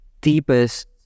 deepest